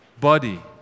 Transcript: body